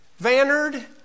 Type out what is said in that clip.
Vannard